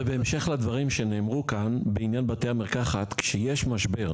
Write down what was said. ובהמשך הדברים שנאמרו כאן לעניין בתי המרקחת כשיש משבר